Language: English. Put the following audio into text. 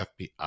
FBI